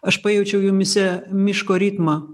aš pajaučiau jumyse miško ritmą